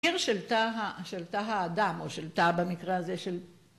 עיר של תא האדם או של תא במקרה הזה של...